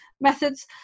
methods